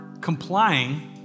complying